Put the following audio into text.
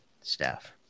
staff